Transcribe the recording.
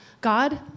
God